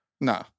No